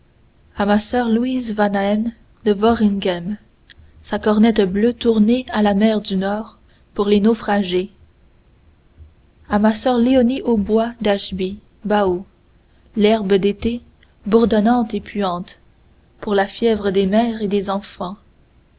a ma soeur louise vanaen de voringhem sa cornette bleue tournée à la mer du nord pour les naufragés a ma soeur léonie aubois d'ashby baou l'herbe d'été bourdonnante et puante pour la fièvre des mères et des enfants